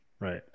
right